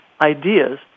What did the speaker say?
ideas